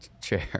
chair